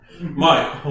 Mike